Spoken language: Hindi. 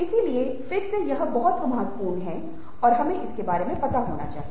इसलिए फिर से यह बहुत महत्वपूर्ण है और हमें इसके बारे में पता होना चाहिए